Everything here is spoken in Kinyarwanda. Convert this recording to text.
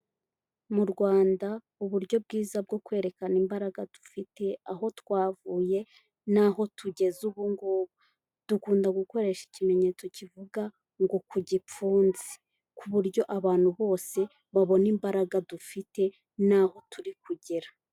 Mu Rwanda, uburyo bwiza bwo kwerekana imbaraga dufite, aho twavuye n'aho tugeze ubu ngubu; dukunda gukoresha ikimenyetso kivuga ngo ''ku gipfunsi'', ku buryo abantu bose babona imbaraga dufite n'aho turi kugera.